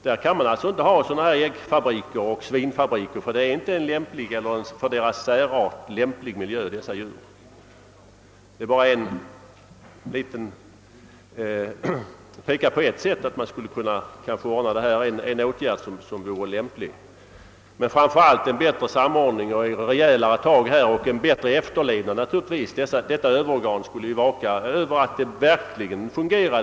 Där kan man alltså inte ha sådana här äggfabriker och svinfabriker eftersom förhållandena i dessa inte utgör en för dessa djur lämplig miljö. Framför allt behövs rejälare tag och en bättre samordning av åtgärderna för att få en bättre efterlevnad av djurskyddslagen till stånd. Det nämnda överorganet skulle kunna vaka över att djurskyddet verkligen fungerar.